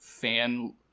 fan